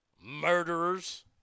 Murderers